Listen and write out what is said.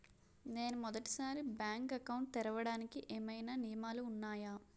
నేను మొదటి సారి బ్యాంక్ అకౌంట్ తెరవడానికి ఏమైనా నియమాలు వున్నాయా?